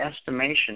estimation